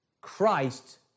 Christ